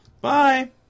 Bye